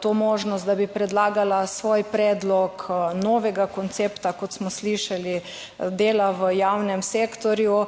to možnost, da bi predlagala svoj predlog novega koncepta, kot smo slišali, dela v javnem sektorju